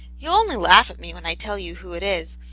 you'll only laugh at me when i tell you who it is.